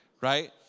right